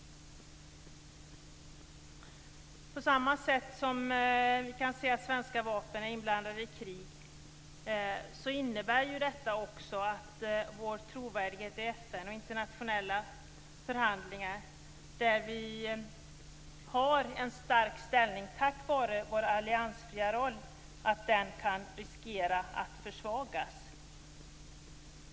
På samma sätt som vi kan se att svenska vapen är inblandade i krig innebär detta också att vår trovärdighet i FN och internationella förhandlingar, där vi har en stark ställning tack vare vår alliansfria roll, kan riskera att försvagas.